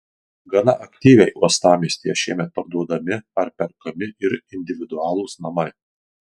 gana aktyviai uostamiestyje šiemet parduodami ar perkami ir individualūs namai